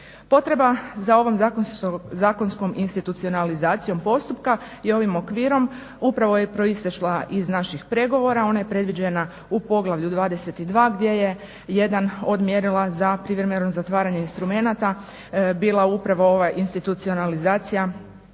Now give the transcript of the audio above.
Potreba za ovom zakonskom institucionalizacijom postupka i ovim okvirom upravo je proizišla iz naših pregovora. Ona je predviđena u Poglavlju 22. gdje je jedan od mjerila za privremeno zatvaranje instrumenata bila upravo ova institucionalizacija